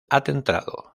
atentado